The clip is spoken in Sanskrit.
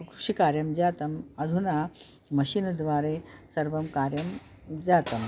कुषिकार्यं जातम् अधुना मशिनद्वारे सर्वं कार्यं जातम्